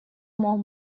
мог